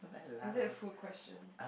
is that a food question